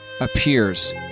appears